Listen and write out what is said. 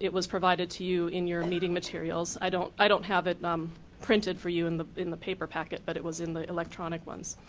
it was provided to you in your meeting materials. i don't i don't have it um printed for you in in the paper packet but it was in the electronic ones.